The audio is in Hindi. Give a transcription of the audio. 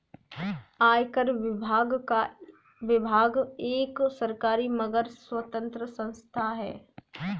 आयकर विभाग एक सरकारी मगर स्वतंत्र संस्था है